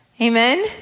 Amen